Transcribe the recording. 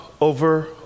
over